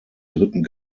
dritten